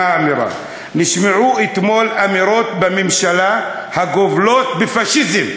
מה האמירה: "נשמעו אתמול אמירות בממשלה הגובלות בפאשיזם".